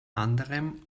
anderem